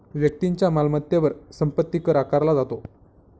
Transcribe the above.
व्यक्तीच्या मालमत्तेवर संपत्ती कर आकारला जातो